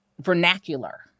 vernacular